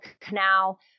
canal